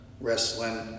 wrestling